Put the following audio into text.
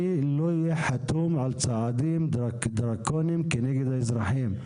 אני לא אהיה חתום על צעדים דרקוניים נגד אזרחים,